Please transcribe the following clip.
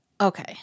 Okay